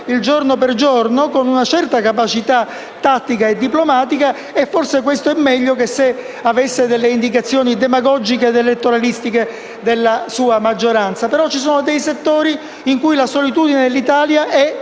il giorno per giorno con una certa capacità tattica e diplomatica. Forse questo è meglio che se avesse delle indicazioni demagogiche ed elettoralistiche dalla sua maggioranza. Ci sono però dei settori in cui la solitudine dell'Italia è drammatica.